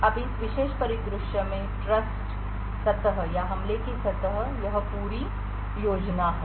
अब इस विशेष परिदृश्य में ट्रस्ट सतह या हमले की सतह यह पूरी योजना है